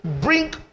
bring